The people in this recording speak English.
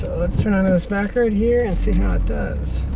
let's turn on to this back road, here, and see how it does.